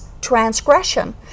transgression